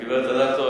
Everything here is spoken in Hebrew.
הגברת אדטו,